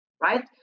right